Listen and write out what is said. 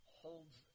holds